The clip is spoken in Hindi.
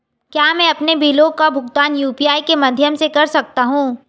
क्या मैं अपने बिलों का भुगतान यू.पी.आई के माध्यम से कर सकता हूँ?